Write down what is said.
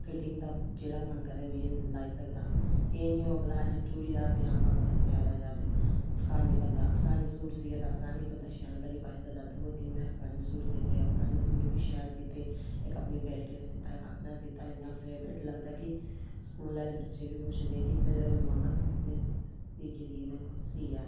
fitting दा जेह्ड़ा मन करै उइयै लाई सकदा एह् निं हो भला अज्ज चूड़ीदार पजामा सिआया ते अज्ज अफगानी बंदा अफगानी सूट सीऐ ते अफगानी बंदा शैल करियै पाई सकदा दो ते अफगानी सूट बी शैल सीते इक अपनी बेटी दा सीता इक अपना सीता इन्ना फेवरट लगदा कि स्कूल आह्ले बच्चे बी पुछदे कि मम्मा किसने सी के दिए मैंने खुद सिया है